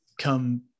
come